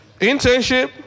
internship